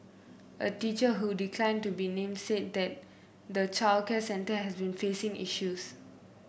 a teacher who declined to be named said that the childcare centre had been facing issues